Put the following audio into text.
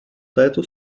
této